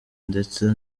ndetse